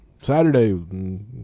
Saturday